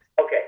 Okay